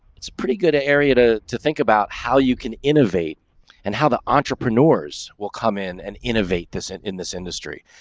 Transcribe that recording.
it's pretty good area toe to think about how you can innovate and how the entrepreneurs will come in and innovate this and in this industry.